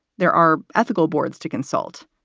there are ethical boards to consult,